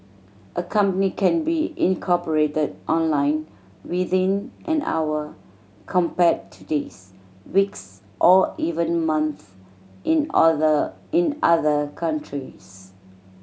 a company can be incorporated online within an hour compared to days weeks or even months in other in other countries